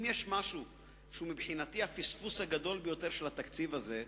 אם יש משהו שהוא מבחינתי הפספוס הגדול ביותר של התקציב הזה,